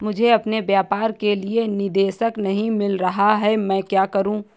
मुझे अपने व्यापार के लिए निदेशक नहीं मिल रहा है मैं क्या करूं?